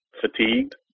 fatigued